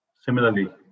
Similarly